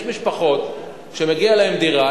יש משפחות שמגיעה להם דירה,